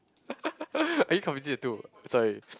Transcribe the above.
are you confusing the two sorry